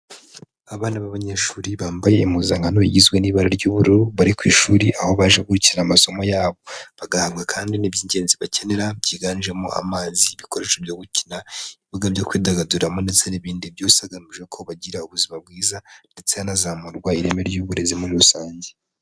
Abana b'abanyeshuri bambaye impuzankano igizwe n'ibara ry'ubururu bari ku ishuri aho baje gukira amasomo yabo. Bagahabwa kandi n'iby'ingenzi bakenera byiganjemo amazi, ibikoresho byo gukina ibibuga byo kwidagadura ndetse n'ibindi byose bagamije ko bagira ubuzima bwiza ndetse hanazamurwa ireme ry'uburezi muri rusange.